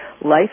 life